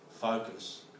focus